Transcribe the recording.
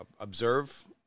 observe